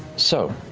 so